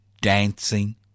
dancing